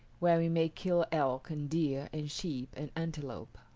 where we may kill elk and deer and sheep and antelope,